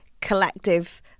collective